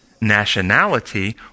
nationality